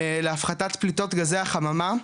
להפחתת פליטות גזי החממה,